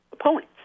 opponents